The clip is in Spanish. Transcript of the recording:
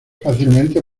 fácilmente